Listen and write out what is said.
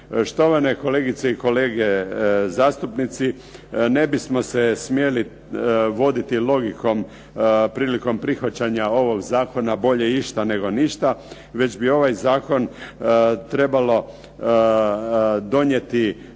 Štovane kolegice i kolege zastupnici, ne bismo se smjeli voditi logikom prilikom prihvaćanja ovog zakona “bolje išta nego ništa“ već bi ovaj zakon trebalo donijeti